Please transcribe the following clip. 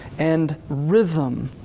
and rhythm.